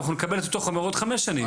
גם אנחנו נקבל את אותו חומר עוד חמש שנים.